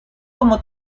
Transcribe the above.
como